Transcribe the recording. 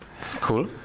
Cool